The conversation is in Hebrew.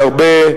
שהרבה,